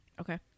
Okay